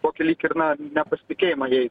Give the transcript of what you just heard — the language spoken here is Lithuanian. tokį lyg ir na nepasitikėjimą jais